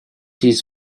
his